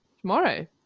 Tomorrow